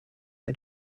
ein